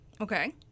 Okay